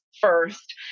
first